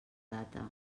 data